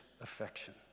affection